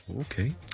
Okay